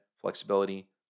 flexibility